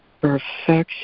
Perfection